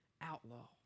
outlaw